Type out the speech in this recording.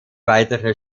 weitere